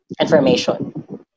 information